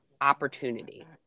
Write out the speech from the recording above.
opportunity